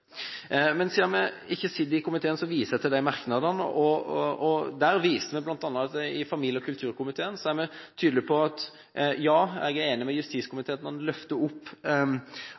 Siden vi ikke sitter i komiteen, viser jeg til merknadene. I familie- og kulturkomiteen er man tydelig på at man er enig med justiskomiteen i at man må løfte opp